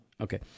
Okay